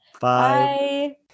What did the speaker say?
Bye